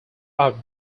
are